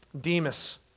Demas